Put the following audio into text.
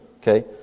Okay